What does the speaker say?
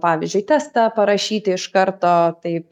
pavyzdžiui testą parašyti iš karto taip